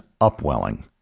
upwelling